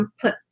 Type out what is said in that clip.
put